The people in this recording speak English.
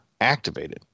activated